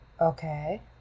okay